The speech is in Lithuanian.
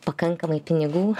pakankamai pinigų